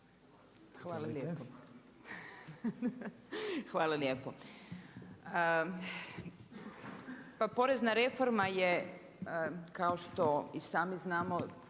(Nezavisni)** Hvala lijepo. Pa porezna reforma je kao što i sami znamo